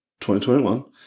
2021